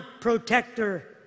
protector